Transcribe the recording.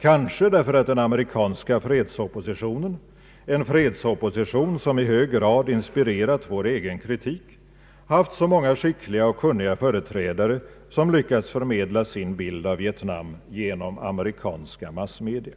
Kanske därför att den amerikanska fredsoppositionen, en fredsopposition som i så hög grad inspirerat vår egen kritik, haft så många skickliga och kunniga företrädare, som lyckats förmedla sin bild av Vietnam genom amerikanska massme: dia.